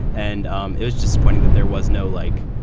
and um it was disappointing that there was no like.